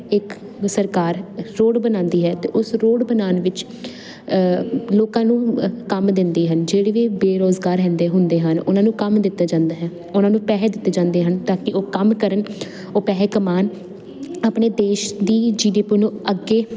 ਇੱਕ ਸਰਕਾਰ ਰੋਡ ਬਣਾਉਂਦੀ ਹੈ ਅਤੇ ਉਸ ਰੋਡ ਬਣਾਉਣ ਵਿੱਚ ਲੋਕਾਂ ਨੂੰ ਕੰਮ ਦਿੰਦੀ ਹੈ ਜਿਹੜੇ ਵੀ ਬੇਰੁਜ਼ਗਾਰ ਰਹਿੰਦੇ ਹੁੰਦੇ ਹਨ ਉਹਨਾਂ ਨੂੰ ਕੰਮ ਦਿੱਤਾ ਜਾਂਦਾ ਹੈ ਉਹਨਾਂ ਨੂੰ ਪੈਸੇ ਦਿੱਤੇ ਜਾਂਦੇ ਹਨ ਤਾਂ ਕਿ ਉਹ ਕੰਮ ਕਰਨ ਉਹ ਪੈਸੇ ਕਮਾਉਣ ਆਪਣੇ ਦੇਸ਼ ਦੀ ਜੀ ਡੀ ਪੀ ਨੂੰ ਅੱਗੇ